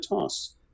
tasks